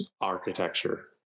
architecture